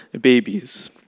babies